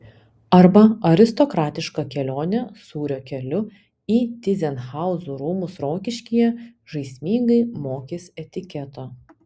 arba aristokratiška kelionė sūrio keliu į tyzenhauzų rūmus rokiškyje žaismingai mokys etiketo